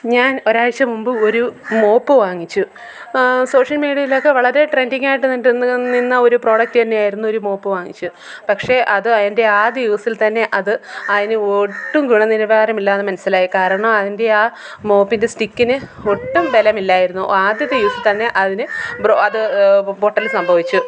ഞാൻ ഒരാഴ്ച്ച മുമ്പ് ഒരു മോപ്പ് വാങ്ങിച്ചു സോഷ്യൽ മീഡിയയിലൊക്കെ വളരെ ട്രെൻ്റിങ്ങായിട്ട് എന്നിട്ട് നിന്ന ഒരു പ്രോഡക്ട് തന്നെയായിരുന്നു ഒരു മോപ്പ് വാങ്ങിച്ചു പക്ഷേ അത് അതിൻ്റെ ആദ്യ യൂസിൽ തന്നെ അത് അതിന് ഒട്ടും ഗുണനിലവാരമില്ലയെന്ന് മനസ്സിലായി കാരണം അതിൻ്റെ ആ മോപ്പിൻ്റെ സ്റ്റിക്കിന് ഒട്ടും ബലമില്ലായിരുന്നു ആദ്യത്തെ യൂസിൽ തന്നെ അതിന് അത് പൊട്ടൽ സംഭവിച്ചു